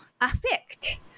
affect